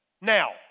Now